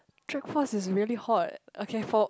check cross is really hot okay for